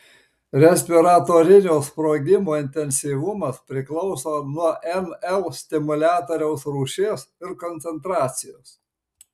respiratorinio sprogimo intensyvumas priklauso nuo nl stimuliatoriaus rūšies ir koncentracijos